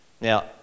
Now